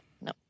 No